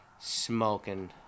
smoking